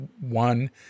one